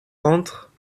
entre